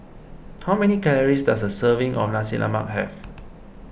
how many calories does a serving of Nasi Lemak have